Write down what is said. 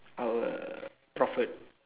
our prophet